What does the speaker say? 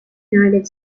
united